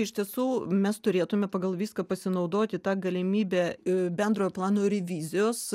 iš tiesų mes turėtume pagal viską pasinaudoti ta galimybe i bendrojo plano ir vizijos